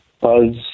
buzz